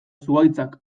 zuhaitzak